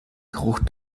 geruch